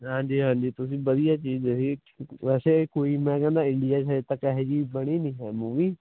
ਹਾਂਜੀ ਹਾਂਜੀ ਤੁਸੀਂ ਵਧੀਆ ਚੀਜ ਲਿਖੀ ਵੈਸੇ ਕੋਈ ਮੈਂ ਕਹਿਨਾ ਇੰਡੀਆ 'ਚ ਹਜੇ ਤੱਕ ਇਹੋਹ ਜਿਹੀ ਬਣੀ ਨਹੀਂ ਹੈ ਮੂਵੀ